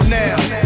now